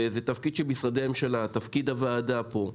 זה תפקיד של משרדי הממשלה ותפקיד הוועדה פה.